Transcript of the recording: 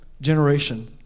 generation